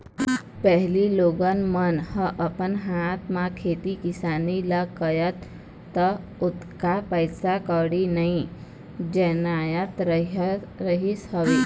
पहिली लोगन मन ह अपन हाथ म खेती किसानी ल करय त ओतका पइसा कउड़ी नइ जियानत रहिस हवय